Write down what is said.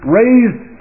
raised